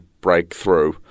breakthrough